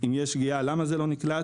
אם יש שגיאה למה זה לא נקלט.